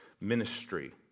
ministry